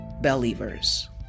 Believers